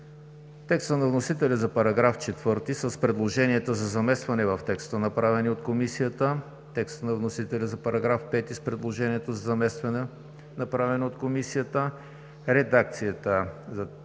текста на вносителя за § 4, с предложенията за заместване в текста, направени от Комисията; текста на вносителя за § 5, с предложенията за заместване, направени от Комисията;